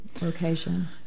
location